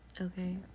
Okay